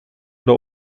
oder